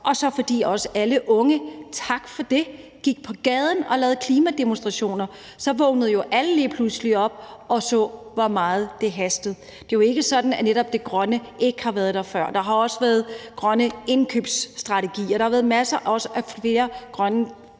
og fordi alle unge – tak for det! – gik på gaden og lavede klimademonstrationer, vågnede alle lige pludselig op og så, hvor meget det hastede. Det er jo ikke sådan, at netop det grønne ikke har været der før. Der har også været grønne indkøbsstrategier. Der har været masser af andre grønne